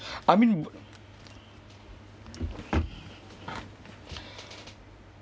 I mean